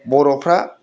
बर'फ्रा